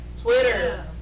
Twitter